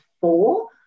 four